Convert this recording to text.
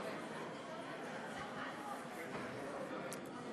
להעביר את הצעת חוק הבנקאות (תיקון,